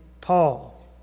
Paul